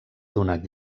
donat